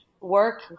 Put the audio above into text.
work